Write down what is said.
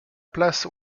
place